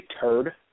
turd